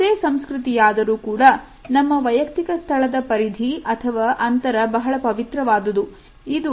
ಯಾವುದೇ ಸಂಸ್ಕೃತಿಯ ಆದರೂ ಕೂಡ ನಮ್ಮ ವೈಯಕ್ತಿಕ ಸ್ಥಳದ ಪರಿಧಿ ಅಥವಾ ಅಂತರ ಬಹಳ ಪವಿತ್ರವಾದದ್ದು